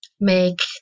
make